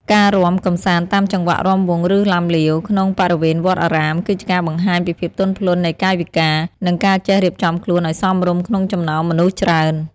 ការរាំកម្សាន្តតាមចង្វាក់រាំវង់ ឬឡាំលាវ ក្នុងបរិវេណវត្តអារាម គឺជាការបង្ហាញពីភាពទន់ភ្លន់នៃកាយវិការ និងការចេះរៀបចំខ្លួនឱ្យសមរម្យក្នុងចំណោមមនុស្សច្រើន។